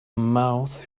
mouth